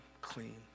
clean